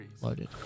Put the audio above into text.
loaded